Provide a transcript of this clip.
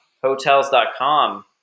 Hotels.com